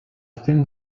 thin